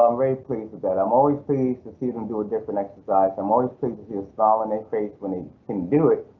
um very pleased that i'm always pleased to see him and do a different exercise. i'm always pleased with your smile and they face when he can do it,